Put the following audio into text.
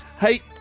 Hey